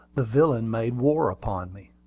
the villain made war upon me.